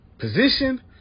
position